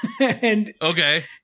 Okay